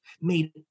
made